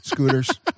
Scooters